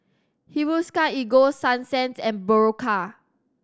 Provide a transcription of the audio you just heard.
Hiruscar Ego Sunsense and Berocca